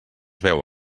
veu